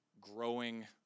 growing